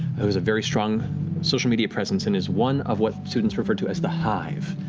who has a very strong social media presence, and is one of what students refer to as the hive,